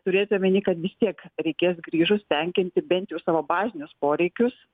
turėti omeny kad vis tiek reikės grįžus tenkinti bent jau savo bazinius poreikius